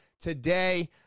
today